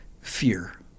fear